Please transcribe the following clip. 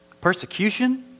persecution